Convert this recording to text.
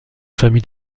famille